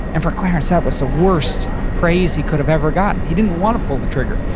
and for clarence that was the worst praise he could have ever gotten. he didn't wanna pull the trigger,